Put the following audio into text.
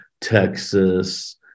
Texas